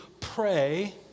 pray